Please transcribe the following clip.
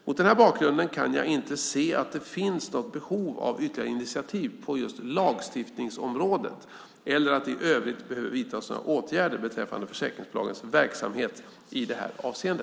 Mot denna bakgrund kan jag inte se att det finns något behov av ytterligare initiativ på just lagstiftningsområdet eller att det i övrigt behöver vidtas några åtgärder beträffande försäkringsbolagens verksamhet i detta avseende.